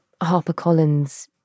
HarperCollins